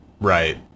right